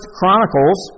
Chronicles